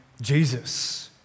Jesus